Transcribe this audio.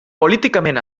políticament